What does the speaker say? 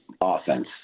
offense